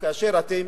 כאשר אתם